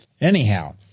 Anyhow